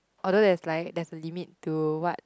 although there's like there's a limit to what